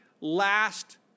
last